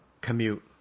commute